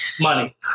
Money